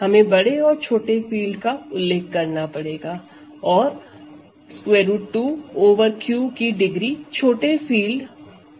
हमें बड़े और छोटे फील्ड का उल्लेख करना पड़ेगा और √2 ओवर Q की डिग्री छोटे फील्ड पर 2 है